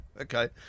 okay